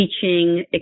teaching